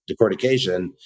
decortication